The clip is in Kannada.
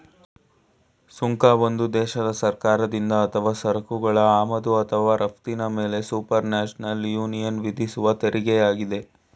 ಸುಂಕ ಒಂದು ದೇಶದ ಸರ್ಕಾರದಿಂದ ಅಥವಾ ಸರಕುಗಳ ಆಮದು ಅಥವಾ ರಫ್ತಿನ ಮೇಲೆಸುಪರ್ನ್ಯಾಷನಲ್ ಯೂನಿಯನ್ವಿಧಿಸುವತೆರಿಗೆಯಾಗಿದೆ